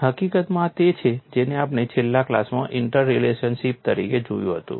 હકીકતમાં આ તે છે જેને આપણે છેલ્લા ક્લાસમાં ઇન્ટરલેશનશીપ તરીકે જોયું હતું